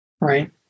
right